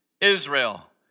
Israel